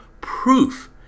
proof